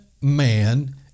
man